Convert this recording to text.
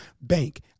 bank